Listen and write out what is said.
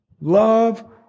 Love